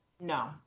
No